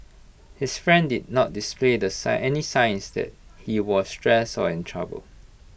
his friend did not display the sign any signs that he was stressed or in trouble